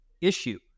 issue